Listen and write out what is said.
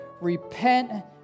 repent